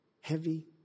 heavy